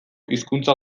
hizkuntza